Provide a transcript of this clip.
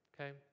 okay